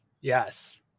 Yes